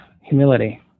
humility